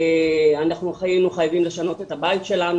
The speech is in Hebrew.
אנחנו היינו חייבים לשנות את הבית שלנו,